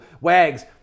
Wags